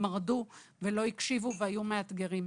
מרדו ולא הקשיבו והיו מאתגרים,